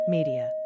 Media